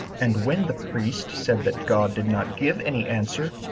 and when the priest said that god did not give any answer,